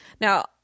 Now